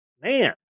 Man